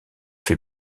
fait